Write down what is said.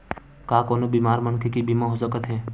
का कोनो बीमार मनखे के बीमा हो सकत हे?